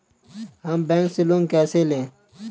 हम बैंक से लोन कैसे लें?